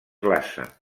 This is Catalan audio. glaça